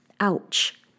Ouch